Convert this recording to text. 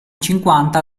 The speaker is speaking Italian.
cinquanta